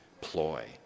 ploy